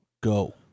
go